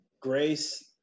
grace